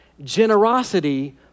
Generosity